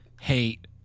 hate